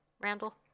Randall